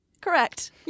Correct